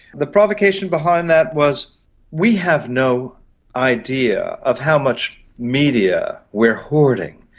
the provocation behind that was we have no idea of how much media we're hoarding,